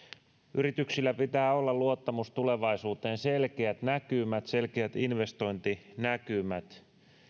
yrityksillä pitää olla luottamus tulevaisuuteen selkeät näkymät selkeät investointinäkymät niin